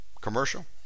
commercial